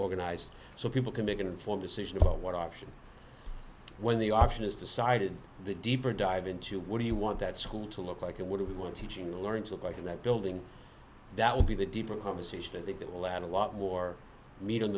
organized so people can make an informed decision about what options when the auction is decided the deeper dive into what do you want that school to look like and what do we want teaching learning to look like in that building that will be the deeper conversation i think that will add a lot more meat on